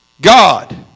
God